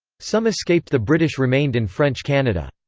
some escaped the british remained in french canada.